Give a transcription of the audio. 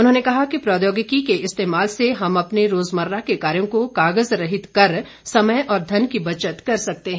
उन्होंने कहा कि प्रौद्योगिकी के इस्तेमाल से हम अपने रोजमर्रा के कार्यों को कागज रहित कर समय और धन की बचत कर सकते हैं